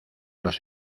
los